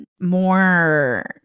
more